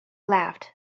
laughed